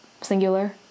Singular